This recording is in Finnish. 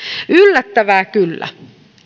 yllättävää kyllä